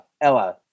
Ella